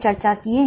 ठीक है